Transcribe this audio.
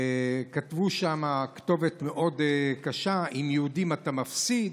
כתבו שם כתובת מאוד קשה: עם יהודים אתה מפסיד,